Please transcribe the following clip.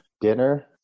dinner